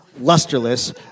Lusterless